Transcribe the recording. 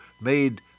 made